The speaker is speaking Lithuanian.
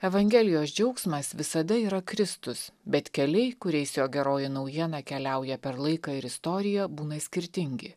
evangelijos džiaugsmas visada yra kristus bet keliai kuriais jo geroji naujiena keliauja per laiką ir istoriją būna skirtingi